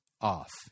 off